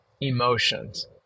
emotions